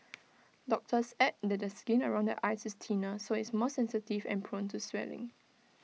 doctors add that the skin around the eyes is thinner so IT is more sensitive and prone to swelling